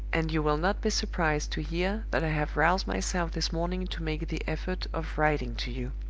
and you will not be surprised to hear that i have roused myself this morning to make the effort of writing to you.